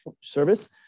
service